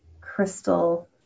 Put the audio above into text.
crystal